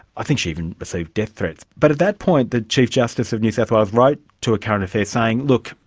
i think she even received death threats. but at that point the chief justice of new south wales wrote to a current affair saying, look,